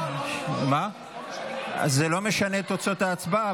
זה לא משנה את תוצאות ההצבעה,